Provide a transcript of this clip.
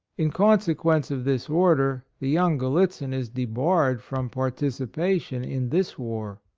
in consequence of this order, the young grallitzin is debarred from partici pation in this war.